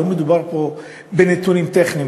לא מדובר פה בנתונים טכניים,